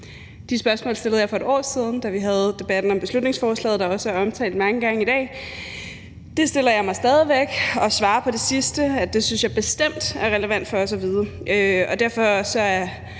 De spørgsmål stillede jeg for 1 år siden, da vi havde debatten om beslutningsforslaget – det har også været omtalt mange gange i dag – og det spørgsmål stiller jeg mig stadig væk. Og jeg svarer, at det synes jeg bestemt er relevant for os at vide. Og derfor er